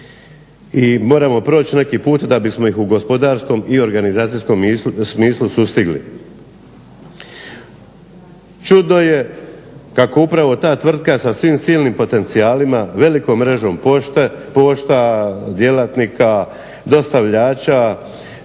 I moramo proći neki put da bismo ih u gospodarskom i organizacijskom smislu sustigli. Čudo je kako upravo ta tvrtka sa svim silnim potencijalima, velikom mrežom pošta, djelatnika, dostavljača